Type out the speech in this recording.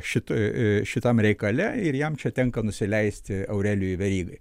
šita šitam reikale ir jam čia tenka nusileisti aurelijui verygai